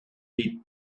pit